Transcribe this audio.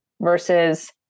versus